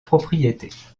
propriétés